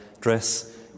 dress